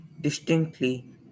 distinctly